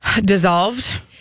dissolved